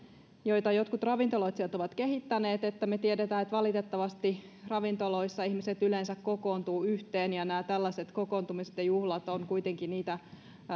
joita jotkut ravintoloitsijat ovat kehittäneet ovat siinä mielessä turvallisempia koska tiedetään että valitettavasti ravintoloissa ihmiset yleensä kokoontuvat yhteen nämä tällaiset kokoontumiset ja juhlat ovat kuitenkin niitä